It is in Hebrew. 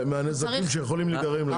מהנזקים שיכולים להיגרם להם.